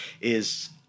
is-